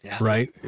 Right